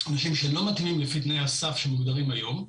אנשים שלא מתאימים לפי תנאי הסף שמוגדרים היום,